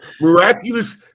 miraculous